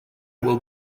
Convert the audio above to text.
will